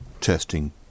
testing